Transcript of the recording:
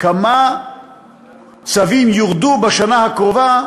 כמה צווים ירדו בשנה הקרובה,